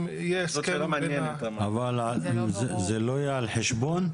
אבל זה לא יהיה על חשבון?